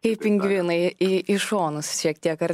kaip pingvinai į į šonus šiek tiek ar